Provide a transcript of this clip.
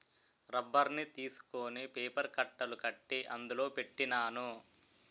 రబ్బర్ని తీసుకొని పేపర్ కట్టలు కట్టి అందులో పెట్టినాను